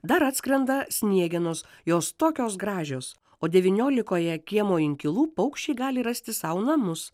dar atskrenda sniegenos jos tokios gražios o devyniolikoje kiemo inkilų paukščiai gali rasti sau namus